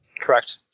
Correct